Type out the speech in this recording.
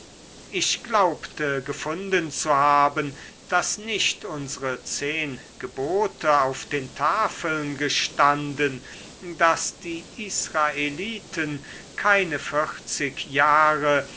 ich glaubte gefunden zu haben daß nicht unsere zehn gebote auf den tafeln gestanden daß die israeliten keine vierzig jahre